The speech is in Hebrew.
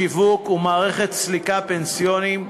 שיווק ומערכת סליקה פנסיוניים),